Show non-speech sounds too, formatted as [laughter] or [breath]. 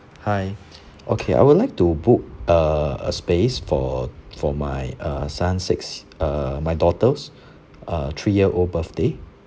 hi [breath] okay I would like to book a a space for for my uh son's sixth uh my daughter's [breath] uh three year old birthday